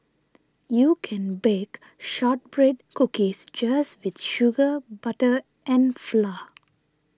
you can bake Shortbread Cookies just with sugar butter and flour